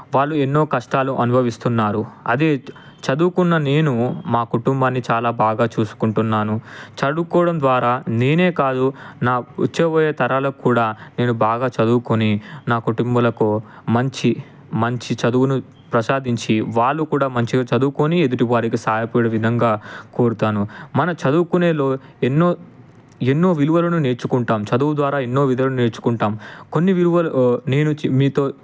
వాళ్ళు ఎన్నో కష్టాలు అనుభవిస్తున్నారు అదే చదువుకున్న నేను మా కుటుంబాన్ని చాలా బాగా చూసుకుంటున్నాను చదువుకోవడం ద్వారా నేనే కాదు నా వచ్చే పోయే తరాలకు కూడా నేను బాగా చదువుకొని నా కుటుంబాలకు మంచి మంచి చదువును ప్రసాదించి వాళ్ళు కూడా మంచిగా చదువుకొని ఎదుటి వారికి సహాయపడే విధంగా కోరుతాను మనం చదువుకునేలో ఎన్నో ఎన్నో విలువలను నేర్చుకుంటాం చదువు ద్వారా ఎన్నో విలువలు నేర్చుకుంటాం కొన్ని విలువలు నేను మీతో